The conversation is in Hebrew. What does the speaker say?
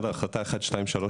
החלטה 1231,